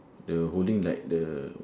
the holding like the